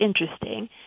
interesting